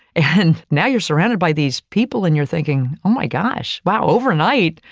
and now you're surrounded by these people, and you're thinking, oh, my gosh, wow, overnight.